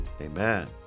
amen